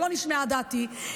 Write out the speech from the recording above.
ולא נשמעה דעתי,